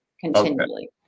continually